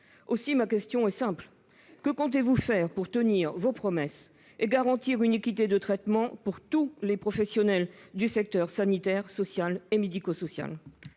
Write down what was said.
! Ma question est simple : que comptez-vous faire pour tenir vos promesses et garantir une équité de traitement entre tous les professionnels du secteur sanitaire, social et médico-social ?